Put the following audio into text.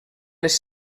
les